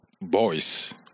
boys